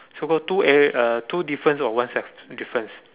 so got two area uh two difference or one sep~ difference